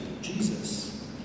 Jesus